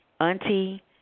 auntie